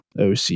OC